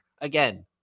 again